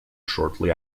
shortly